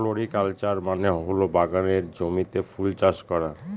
floriculture মানে হল বাগানের জমিতে ফুল চাষ করা